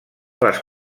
les